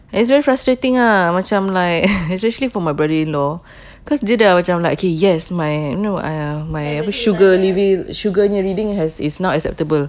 it's very frustrating ah macam like especially for my brother-in-law cause dia dah yes my don't know my blood sugar lev~ sugar reading has is now acceptable